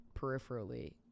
peripherally